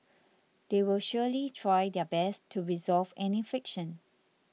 they will surely try their best to resolve any friction